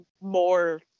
more